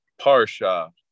Parsha